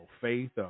faith